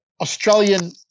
Australian